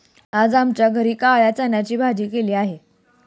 आज आमच्या घरी काळ्या चण्याची भाजी केलेली आहे